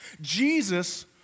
Jesus